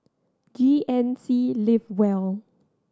G N C Live well